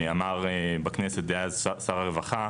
אמר בכנסת דאז שר הרווחה,